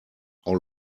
all